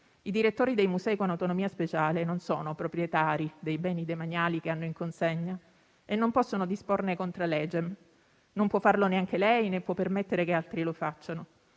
I direttori dei musei con autonomia speciale non sono proprietari dei beni demaniali che hanno in consegna e non possono disporne *contra legem*. Non può farlo neanche lei, né può permettere che altri lo facciano.